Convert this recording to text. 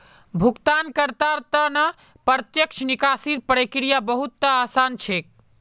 भुगतानकर्तार त न प्रत्यक्ष निकासीर प्रक्रिया बहु त आसान छेक